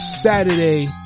Saturday